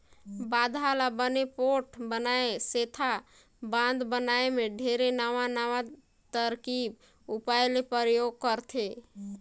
बांधा ल बने पोठ बनाए सेंथा बांध बनाए मे ढेरे नवां नवां तरकीब उपाय ले परयोग करथे